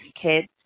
kids